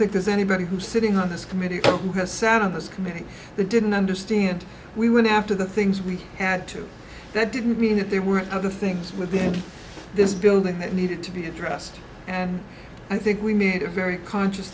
think there's anybody who's sitting on this committee or has sat on this committee the didn't understand we went after the things we had to that didn't mean that there were other things within this building that needed to be addressed and i think we need a very conscious